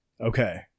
Okay